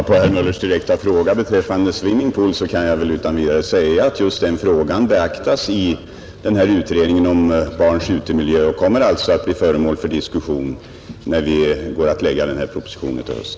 På herr Möllers direkta fråga beträffande swimmingpools kan jag utan vidare säga att just den frågan beaktas i utredningen om barns utemiljö, som blir föremål för proposition till hösten.